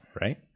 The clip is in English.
right